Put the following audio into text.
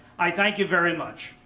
i thank you very much.